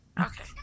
Okay